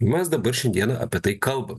mes dabar šiandieną apie tai kalbame